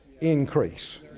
increase